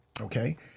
Okay